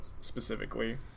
specifically